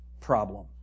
problem